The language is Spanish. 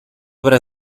obra